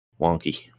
wonky